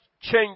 change